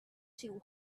two